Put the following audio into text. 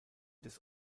des